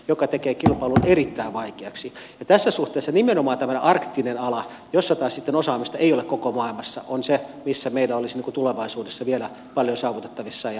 mikä tekee kilpailun erittäin vaikeaksi ja tässä suhteessa nimenomaan tämmöinen arktinen ala jolla taas sitten osaamista ei ole koko maailmassa on se missä meillä olisi tulevaisuudessa vielä paljon saavutettavissa ja ylläpidettävissä